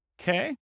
Okay